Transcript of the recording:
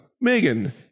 Megan